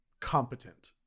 competent